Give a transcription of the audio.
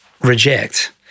reject